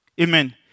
Amen